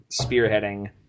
spearheading